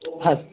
হ্যাঁ